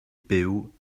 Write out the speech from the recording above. byw